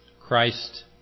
Christ